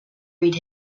read